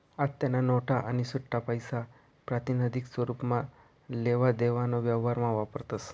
आत्तेन्या नोटा आणि सुट्टापैसा प्रातिनिधिक स्वरुपमा लेवा देवाना व्यवहारमा वापरतस